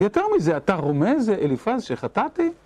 יותר מזה, אתה רומז אליפאז שחטאתי?